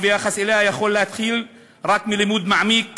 והיחס אליה יכול להתחיל רק מלימוד מעמיק